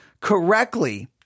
correctly